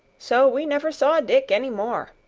so we never saw dick any more.